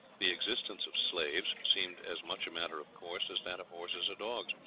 the existence of slaves seemed as much a matter of course as that of horses or dogs,